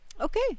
Okay